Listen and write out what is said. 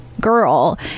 girl